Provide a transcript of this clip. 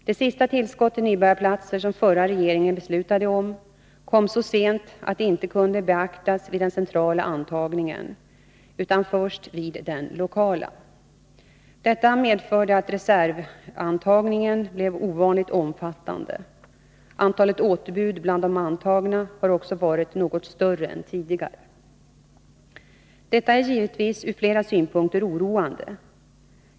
Det sista tillskott av nybörjarplatser som den förra regeringen beslutade om kom så sent att det inte kunde beaktas vid den centrala antagningen utan först vid den lokala. Detta medförde att reservantagningen blev ovanligt omfattande. Antalet återbud bland de antagna har också varit något större än tidigare. Detta är givetvis ur flera synpunkter oroande.